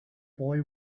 boy